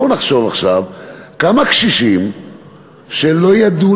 בואו נחשוב עכשיו כמה קשישים שלא ידעו